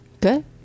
Good